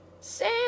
Sam